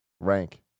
rank